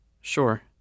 sure